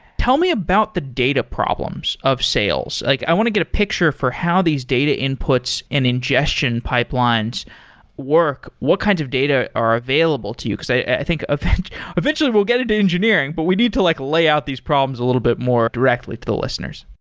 tell me about the data problems of sales? like i want to get a picture for how these data inputs and ingestion pipelines work. what kinds of data are available to you? because i think eventually eventually we'll get into engineering, but we need to like layout these problems a little bit more directly to the listeners.